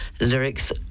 lyrics